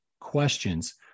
questions